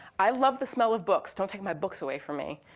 i love the smell of books. don't take my books away from me.